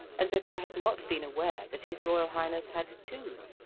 and that i had not been aware that his royal highness had two.